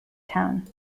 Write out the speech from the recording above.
town